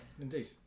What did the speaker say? indeed